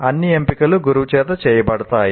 అన్ని ఎంపికలు గురువు చేత చేయబడతాయి